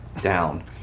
down